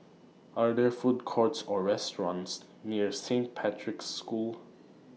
Are There Food Courts Or restaurants near Saint Patrick's School